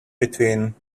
between